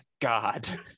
god